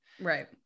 Right